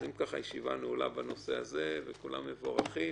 הישיבה נעולה בנושא הזה וכולם מבורכים